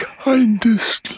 kindest